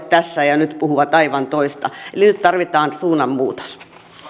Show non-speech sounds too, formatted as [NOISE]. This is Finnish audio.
[UNINTELLIGIBLE] tässä ja nyt puhuvat aivan toista eli nyt tarvitaan suunnanmuutos